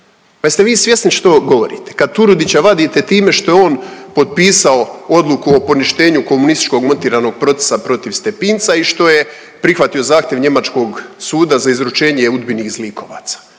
Pa jeste vi svjesni što govorite? Kad Turudića vadite time što je on potpisao odluku o poništenju komunističkog montiranog procesa protiv Stepinca i što je prihvatio zahtjev njemačkog suda za izručenje UDBA-inih zlikovaca.